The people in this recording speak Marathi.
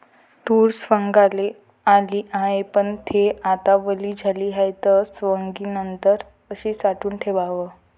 तूर सवंगाले आली हाये, पन थे आता वली झाली हाये, त सवंगनीनंतर कशी साठवून ठेवाव?